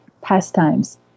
pastimes